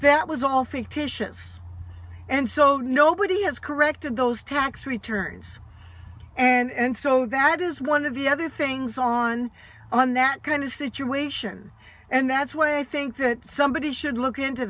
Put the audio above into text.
that was all fictitious and so nobody has corrected those tax returns and so that is one of the other things on on that kind of situation and that's why i think that somebody should look into